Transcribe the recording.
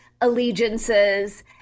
allegiances